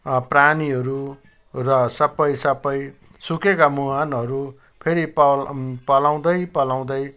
प्राणीहरू र सबै सबै सुकेका मुहानहरू फेरि पला पलाउँदै पलाउँदै